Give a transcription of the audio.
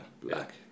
Black